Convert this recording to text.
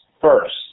first